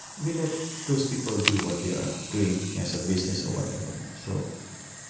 we let those people do what they are doing, as a business or whatever. so